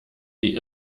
die